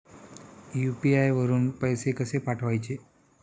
UPI वरून पैसे कसे पाठवायचे?